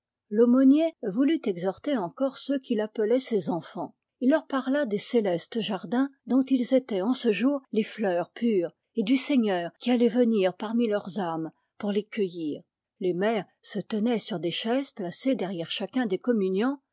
l'aumônier voulut exhorter encore ceux qu'il appelait ses enfants il leur parla des célestes jardins dont ils étaient en ce jour les fleurs pures et du seigneur qui allait venir parmi leurs âmes pour les cueillir les mères se tenaient sur des chaises placées derrière chacun des communiants